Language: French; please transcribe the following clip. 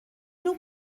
nous